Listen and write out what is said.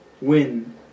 Win